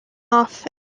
off